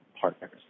partners